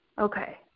Okay